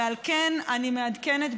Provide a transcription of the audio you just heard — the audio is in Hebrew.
ועל כן אני מעדכנת,